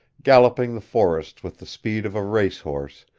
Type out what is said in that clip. galloping the forests with the speed of a race horse,